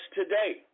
today